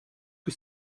que